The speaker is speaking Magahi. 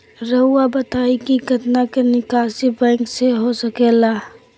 रहुआ बताइं कि कितना के निकासी बैंक से हो सके ला?